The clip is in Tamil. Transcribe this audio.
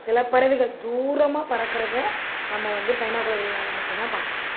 சில பறவைகள் தூரமாக பறக்கிறத நம்ம வந்து பைனாகுலரால் மட்டும்தான் பார்க்க முடியும்